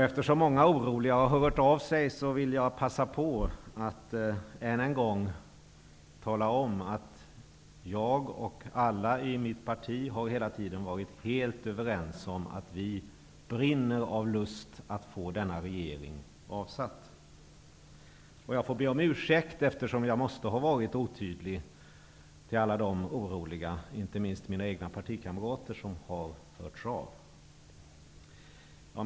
Eftersom många oroliga har hört av sig vill jag passa på att ännu en gång tala om att jag och alla i mitt parti hela tiden har varit helt överens om att vi brinner av lust att få denna regering avsatt. Jag får, eftersom jag måste ha varit otydlig, be alla de oroliga som har hört av sig om ursäkt -- inte minst mina egna partikamrater.